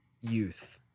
youth